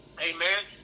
amen